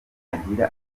agira